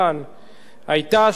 היתה שהשלטון,